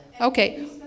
Okay